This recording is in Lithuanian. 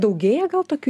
daugėja gal tokių